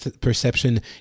perception